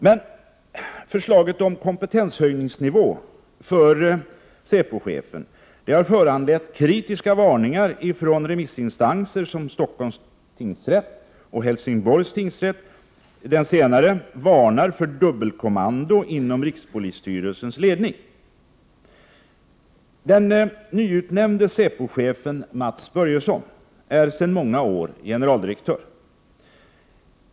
Men förslaget om kompetenshöjningsnivå för säpochefen har föranlett kritiska varningar från remissinstanser som Stockholms tingsrätt och Helsingsborgs tingsrätt. Den senare varnar för dubbelkommando inom rikspolisstyrelsens ledning. Den nyutnämnde säpochefen Mats Börjesson är sedan många år generaldirektör.